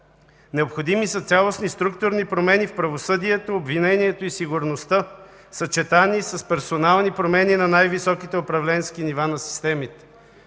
Необходими са цялостни структурни промени в правосъдието, обвинението и сигурността, съчетани с персонални промени на най-високите управленски нива на системите.